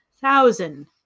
thousand